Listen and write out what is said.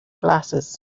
glasses